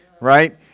Right